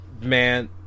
man